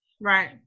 Right